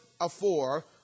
afore